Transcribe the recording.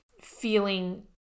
feeling